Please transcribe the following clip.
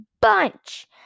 bunch